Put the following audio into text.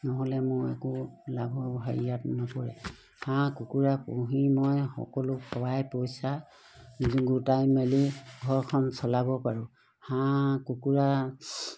নহ'লে মোৰ একো লাভৰ হেৰিয়াত নপৰে হাঁহ কুকুৰা পুহি মই সকলো খোৱাই পইচা গোটাই মেলি ঘৰখন চলাব পাৰোঁ হাঁহ কুকুৰা